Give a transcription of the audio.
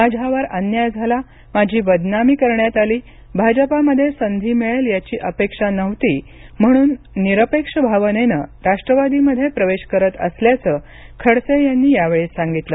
माझ्यावर अन्याय झाला माझी बदनामी करण्यात आली भाजपामध्ये संधी मिळेल याची अपेक्षा नव्हती म्हणून निरपेक्ष भावनेनं राष्ट्रवादीमध्ये प्रवेश करत असल्याचं खडसे यांनी यावेळी सांगितलं